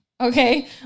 okay